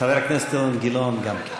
חבר הכנסת אילן גילאון, גם כן.